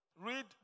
Read